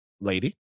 lady